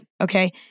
okay